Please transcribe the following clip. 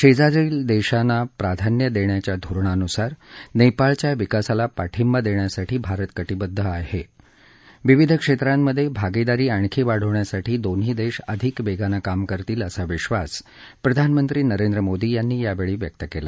शेजारील देशांना प्राधान्य देण्याच्या धोरणानुसार नेपाळच्या विकासाला पाठिंबा देण्यासाठी भारत कटिबद्ध असून विविध क्षेत्रांमधे भागीदारी आणखी वाढवण्यासाठी दोन्ही देश अधिक वेगानं काम करतील असा विश्वास प्रधानमंत्री मोदी यांनी यावेळी व्यक्त केला